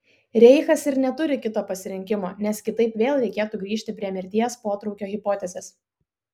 reichas ir neturi kito pasirinkimo nes kitaip vėl reikėtų grįžti prie mirties potraukio hipotezės